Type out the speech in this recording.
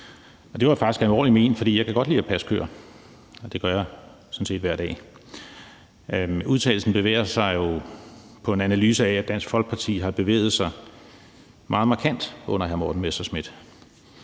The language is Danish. Det var faktisk alvorligt ment, for jeg kan godt lide at passe køer. Det gør jeg sådan set hver dag. Udtalelsen baserer sig jo på en analyse af, at Dansk Folkeparti har bevæget sig meget markant under hr. Morten Messerschmidt,